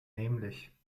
nämlich